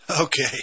Okay